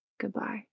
Goodbye